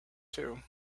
too